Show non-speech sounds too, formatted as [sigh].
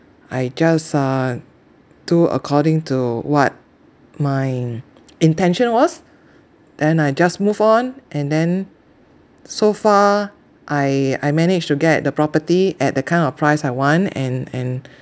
I just uh do according to what my [noise] intention was then I just move on and then so far I I managed to get the property at the kind of price I want and and